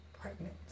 pregnant